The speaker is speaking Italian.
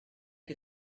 che